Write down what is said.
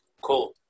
Cool